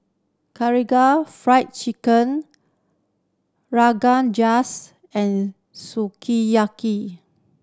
Karaage Fried Chicken Rogan Josh and Sukiyaki